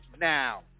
now